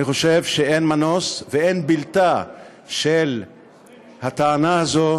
אני חושב שאין מנוס ואין בלתה של הטענה הזו,